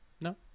No